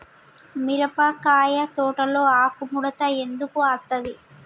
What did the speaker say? మిరపకాయ తోటలో ఆకు ముడత ఎందుకు అత్తది?